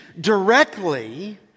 directly